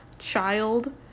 Child